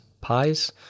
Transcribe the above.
pies